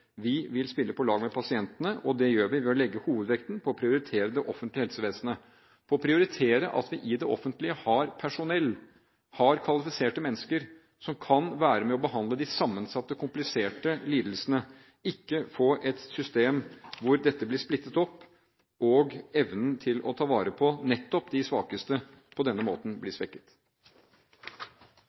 Vi vil spille på lag med pasientene. Det gjør vi ved å legge hovedvekten på å prioritere det offentlige helsevesenet og prioritere at vi i det offentlige har personell, har kvalifiserte mennesker, som kan være med og behandle de sammensatte og kompliserte lidelsene – ikke ved å få et system hvor dette blir splittet opp, og evnen til å ta vare på nettopp de svakeste på denne måten blir svekket.